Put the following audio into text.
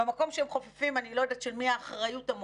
מינויים מקצועיים שכבר עברו את כל תהליך